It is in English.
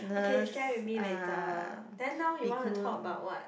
okay you share with me later then now you want to talk about what